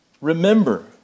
Remember